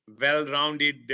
well-rounded